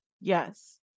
yes